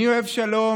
אני אוהב שלום,